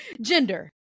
Gender